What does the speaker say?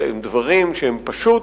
אלה דברים שהם פשוט